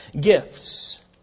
gifts